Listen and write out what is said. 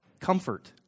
comfort